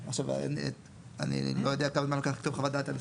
ואני לא יודע כמה זמן לוקח לכתוב חוות דעת הנדסית